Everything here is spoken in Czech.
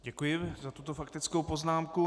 Děkuji za tuto faktickou poznámku.